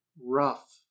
rough